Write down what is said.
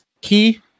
key